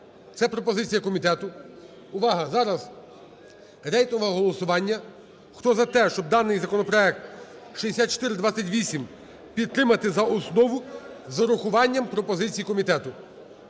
це пропозиція комітету. Увага! Зараз рейтингове голосування. Хто за те, щоб даний законопроект 6428 підтримати за основу, з урахуванням пропозиції комітету.